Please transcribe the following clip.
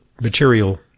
material